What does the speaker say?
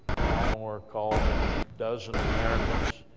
hal moore called the dozen americans,